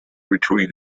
between